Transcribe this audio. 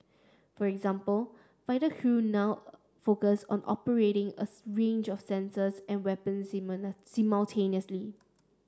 for example fighter crew now focus on operating a range of sensors and weapons simultaneously